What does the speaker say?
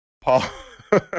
Paul